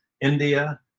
India